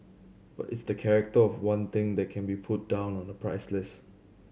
but it's the character of one thing that can't be put down on a price list